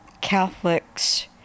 Catholics